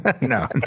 No